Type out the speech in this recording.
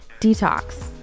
detox